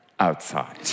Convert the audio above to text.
outside